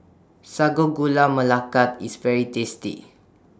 Sago Gula Melaka IS very tasty